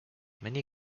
many